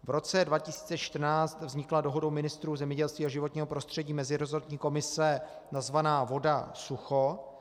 V roce 2014 vznikla dohodou ministrů zemědělství a životního prostředí meziresortní komise nazvaná VODASUCHO.